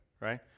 right